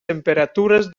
temperatures